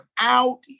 out